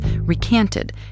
recanted